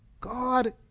God